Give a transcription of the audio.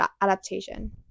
adaptation